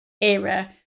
era